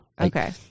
Okay